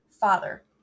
father